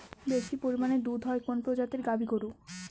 বেশি পরিমানে দুধ হয় কোন প্রজাতির গাভি গরুর?